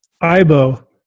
Ibo